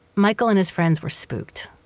michael and his friends were spooked.